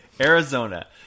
Arizona